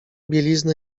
bieliznę